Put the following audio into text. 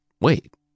Wait